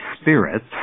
spirits